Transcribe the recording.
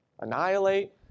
annihilate